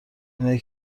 اینایی